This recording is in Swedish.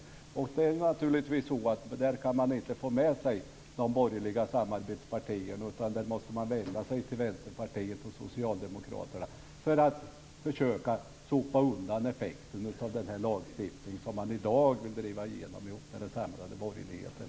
Där kan Miljöpartiet naturligtvis inte få med sig de borgerliga samarbetspartierna, utan där måste man vända sig till Vänsterpartiet och Socialdemokraterna för att försöka sopa undan effekten av den lagstiftning som man i dag vill driva igenom ihop med den samlade borgerligheten.